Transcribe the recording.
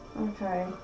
Okay